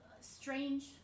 strange